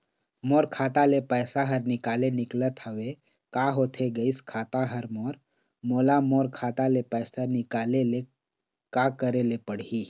मोर खाता ले पैसा हर निकाले निकलत हवे, का होथे गइस खाता हर मोर, मोला मोर खाता ले पैसा निकाले ले का करे ले पड़ही?